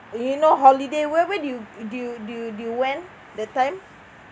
you know holiday where were you you you you went that time